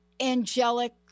angelic